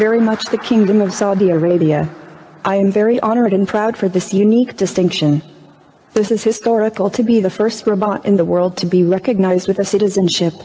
very much the kingdom of saudi arabia i am very honored and proud for this unique distinction this is historical to be the first in the world to be recognized with a citizenship